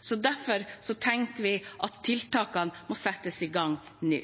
så langt, er langt fra bra nok. Derfor tenker vi at tiltakene må settes i gang nå.